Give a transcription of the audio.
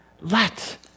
Let